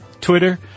Twitter